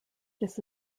this